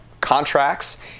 contracts